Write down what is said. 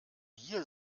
hier